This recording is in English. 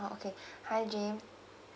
oh okay hi james